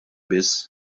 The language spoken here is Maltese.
biss